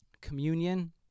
communion